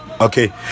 okay